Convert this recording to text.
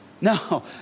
No